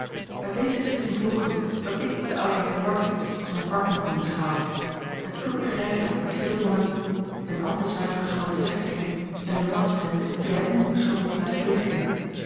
uit deze schikking volgde dat ik den a l g bosboom-toussaint langs een omweg ouden heer ward als mijn partner kon beschouwen een kloeken grijsaard met veel bonhomie een al te zwaren gouden vestketting en eene basstem die hij onbeschroomd laat klinken